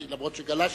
למרות שגלשת.